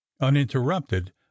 uninterrupted